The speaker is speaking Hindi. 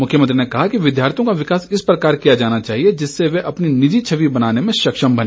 मुख्यमंत्री ने कहा कि विद्यार्थियों का विकास इस प्रकार किया जाना चाहिए जिससे वे अपनी निजी छवि बनाने में सक्षम बने